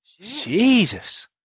Jesus